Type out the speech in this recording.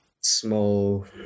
small